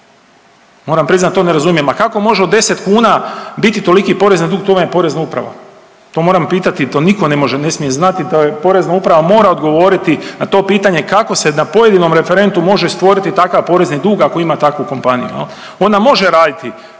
Moram priznat to ne razumijem. A kako može od 10 kuna biti toliki porezni dug tu vam je porezna uprava, to moram pitati, to niko ne može, ne smije znati da je, porezna uprava mora odgovoriti na to pitanje kako se na pojedinom referentu može stvoriti takav porezni dug ako ima takvu kompaniju jel. Ona može raditi